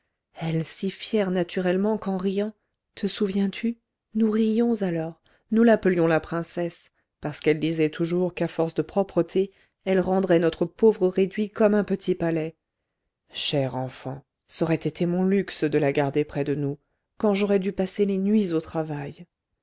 elle si fière naturellement qu'en riant te souviens-tu nous riions alors nous l'appelions la princesse parce qu'elle disait toujours qu'à force de propreté elle rendrait notre pauvre réduit comme un petit palais chère enfant ç'aurait été mon luxe de la garder près de nous quand j'aurais dû passer les nuits au travail